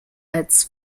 als